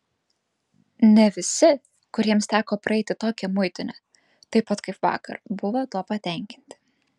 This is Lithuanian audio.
ne visi kuriems teko praeiti tokią muitinę taip pat kaip vakar buvo tuo patenkinti